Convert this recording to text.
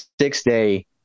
six-day